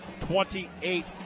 28